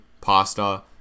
Pasta